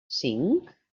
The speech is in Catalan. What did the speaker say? cinc